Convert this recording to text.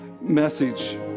message